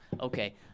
okay